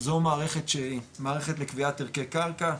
זו מערכת שהיא מערכת לקביעת ערכי קרקע,